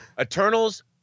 Eternals